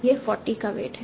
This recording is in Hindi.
यह 40 का वेट है